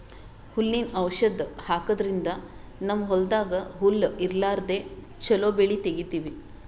ಹುಲ್ಲಿನ್ ಔಷಧ್ ಹಾಕದ್ರಿಂದ್ ನಮ್ಮ್ ಹೊಲ್ದಾಗ್ ಹುಲ್ಲ್ ಇರ್ಲಾರ್ದೆ ಚೊಲೋ ಬೆಳಿ ತೆಗೀತೀವಿ